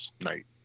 night